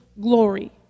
glory